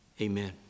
amen